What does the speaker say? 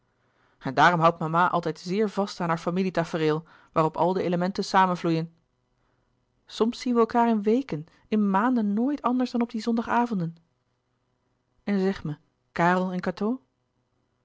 en daarom houdt mama altijd zeer vast aan haar familie tafereel waarop al de elementen samenvloeien soms zien we elkaâr in weken in maanden nooit anders dan op die zondag avonden en zeg mij karel en cateau